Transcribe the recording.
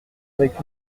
avec